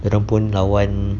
orang pun lawan